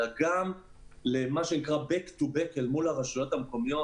אלא גם למה שנקרא back to back אל מול הרשויות המקומיות